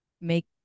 make